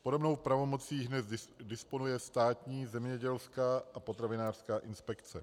Podobnou pravomocí dnes disponuje Státní zemědělská a potravinářská inspekce.